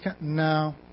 No